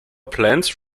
plans